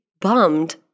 bummed